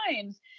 times